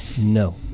no